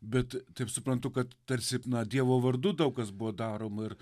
bet taip suprantu kad tarsi na dievo vardu daug kas buvo daroma ir